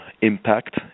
impact